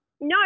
No